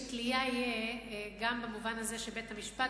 שתלייה תהיה גם במובן הזה שבית-המשפט